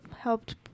helped